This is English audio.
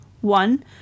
one